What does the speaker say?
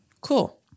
cool